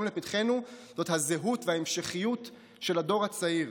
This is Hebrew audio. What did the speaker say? לפתחנו הוא הזהות וההמשכיות של הדור הצעיר.